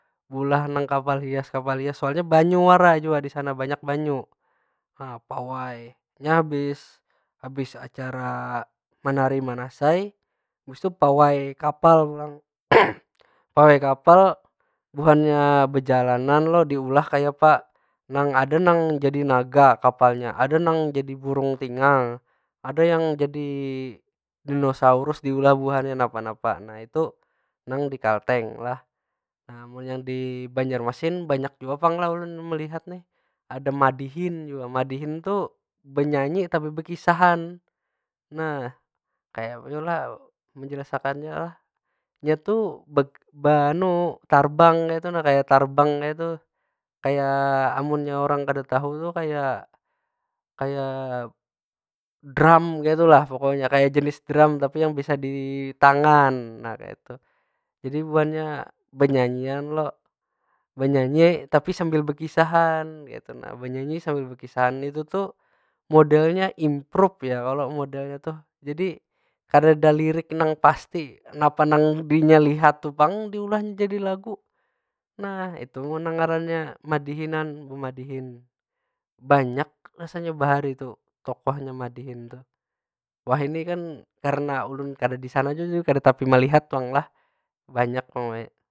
Beulah nag kapal hias kapal hias, soalnya banyu wara jua di sana. Banyak banyu. Nah pawai, nya habis- habis acara menari manasai habis tu pawai kapal pulang. Pawai kapal buhannya bejalanan lo, diulah kayapa, nang ada nang jadi naga kapalnya. Ada nang jadi burung tingang, ada nang jadi dinosaurus diulah buhannya napa- napa. Nah itu nang di kalteng lah. Nah munnya nang di banjarmasin banyak jua pang lah ulun melihat nih. Ada madihin jua, madihin tu benyanyi tapi bekisahan. Nah kayapa yo lah menjelas akannya yo lah? Nya tu tarbang kaytu nah kaya tarbang kaytu. Kaya, amunnya urang kada tahu tu kaya- kaya drum kaytu lah pokonya. Kaya jenis drum, tapi nang bisa di tangan. Nah kaytu. jadi buhannya benyanyian lo, benyanyi tapi sambil bekisahan kaytu nah. Benyanyi sambil bekisahan itu tu modelnya improve ya kalo? Modelnya tu. Jadi kadada lirik nang pasti napa nang dinya lihat tu pang diulahnya jadi lagu. Nah itu munnya ngarannya nag madihinan, bemadihin. Banyak rasanya baharitu tokohnya madihin tuh. Wahini kan karena ulun kada di sana jua kada tapi melihat pang lah. banyak pang wahini.